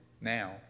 now